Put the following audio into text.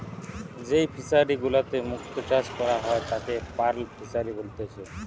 যেই ফিশারি গুলাতে মুক্ত চাষ করা হয় তাকে পার্ল ফিসারী বলেতিচ্ছে